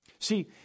See